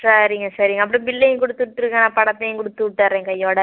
சரிங்க சரிங்க அப்படியே பில்லையும் கொடுத்து விட்டுருங்க நான் பணத்தையும் கொடுத்து விட்டர்றேன் கையோட